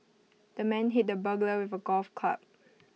the man hit the burglar with A golf club